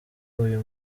uyu